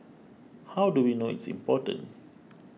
how do we know it's important